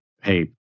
hey